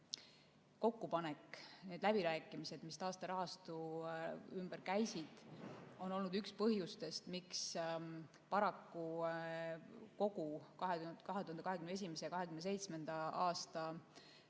kokkupanek, need läbirääkimised, mis taasterahastu ümber käisid, on olnud üks põhjustest, miks paraku kogu 2021.–2027. aasta